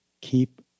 Keep